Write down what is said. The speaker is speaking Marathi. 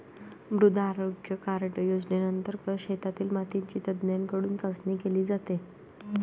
मृदा आरोग्य कार्ड योजनेंतर्गत शेतातील मातीची तज्ज्ञांकडून चाचणी केली जाते